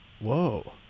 Whoa